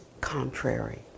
contrary